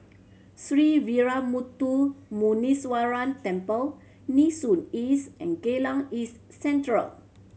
Sree Veeramuthu Muneeswaran Temple Nee Soon East and Geylang East Central